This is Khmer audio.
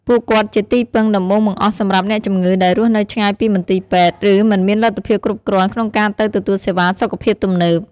ពួកគាត់ជាទីពឹងដំបូងបង្អស់សម្រាប់អ្នកជំងឺដែលរស់នៅឆ្ងាយពីមន្ទីរពេទ្យ ឬមិនមានលទ្ធភាពគ្រប់គ្រាន់ក្នុងការទៅទទួលសេវាសុខភាពទំនើប។